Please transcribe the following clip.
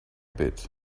bit